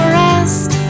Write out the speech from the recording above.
rest